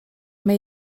mae